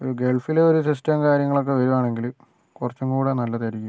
ഒരു ഗൾഫിലെ ഒരു സിസ്റ്റവും കാര്യങ്ങളും ഒക്കെ വരുകയാണെങ്കില് കുറച്ചും കൂടെ നല്ലതായിരിക്കും